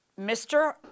Mr